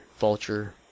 Vulture